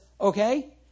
okay